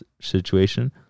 situation